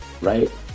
right